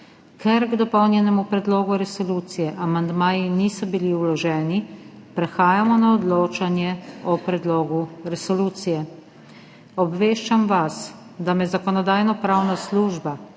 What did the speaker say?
Ker k dopolnjenemu predlogu resolucije amandmaji niso bili vloženi, prehajamo na odločanje o predlogu resolucije. Obveščam vas, da me Zakonodajno-pravna služba